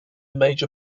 major